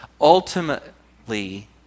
ultimately